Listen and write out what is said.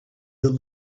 that